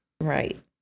right